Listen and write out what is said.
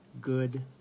good